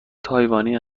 تایوانی